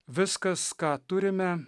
viskas ką turime